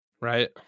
right